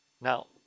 Now